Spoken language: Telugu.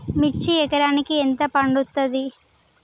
మిర్చి ఎకరానికి ఎంత పండుతది?